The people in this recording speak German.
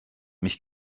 mich